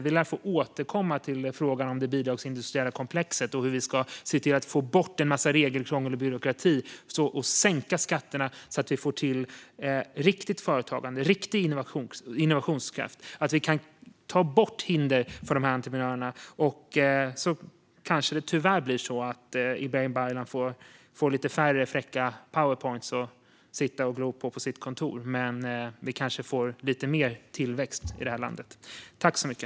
Vi lär få återkomma till frågan om det bidragsindustriella komplexet och hur vi ska ta bort en massa regelkrångel, byråkrati och andra hinder för entreprenörerna och sänka skatterna så att vi får till riktigt företagande och riktig innovationskraft. Då kanske Ibrahim Baylan tyvärr får lite färre fräcka Powerpointpresentationer att sitta och glo på på sitt kontor, men vi kanske får lite mer tillväxt i det här landet.